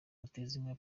mutezinka